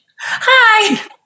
Hi